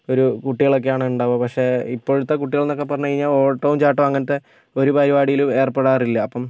ഒരു കുട്ടികളൊക്കെയാണ് ഉണ്ടാവുക പക്ഷേ ഇപ്പോഴത്തെ കുട്ടികൾ എന്നൊക്കെ പറഞ്ഞ് കഴിഞ്ഞാൽ ഓട്ടവും ചാട്ടവും ഒരു പരിപാടിയിലും ഏർപ്പെടാറില്ല